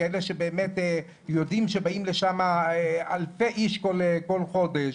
כאלה שבאמת יודעים שבאים לשם אלפי איש כל חודש.